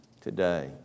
today